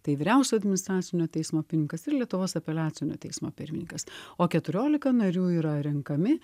tai vyriausiojo administracinio teismo pirmininkas ir lietuvos apeliacinio teismo pirmininkas o keturiolika narių yra renkami